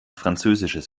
französisches